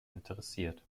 interessiert